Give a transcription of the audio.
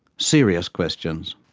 serious questions.